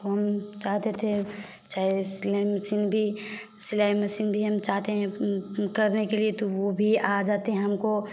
हम चाहते थे चाहे सिलाई मशीन भी सिलाई मशीन भी हम चाहते हैं करने के लिए तो वह भी आ जाते हैं हमको